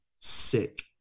sick